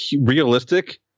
realistic